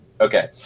Okay